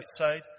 outside